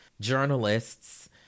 journalists